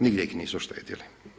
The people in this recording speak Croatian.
Nigdje ih nisu štedili.